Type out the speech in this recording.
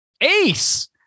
Ace